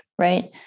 right